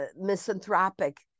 misanthropic